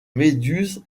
méduse